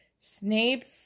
Snape's